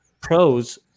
pros